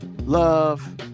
Love